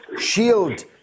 SHIELD